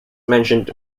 mentioned